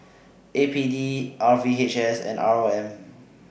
A P D R V H S and R O M